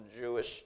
Jewish